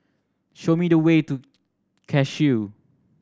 show me the way to Cashew